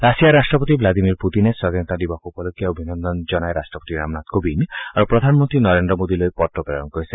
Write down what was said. ৰাছিয়াৰ ৰাষ্টপতি ভ্লাডিমিৰ পুটিনে স্বাধনীতা দিৱস উপলক্ষে অভিনন্দন জনাই ৰাষ্ট্ৰপতি ৰামনাথ কোবিন্দ আৰু প্ৰধানমন্ত্ৰী নৰেন্দ্ৰ মোদীলৈ পত্ৰ প্ৰেৰণ কৰিছে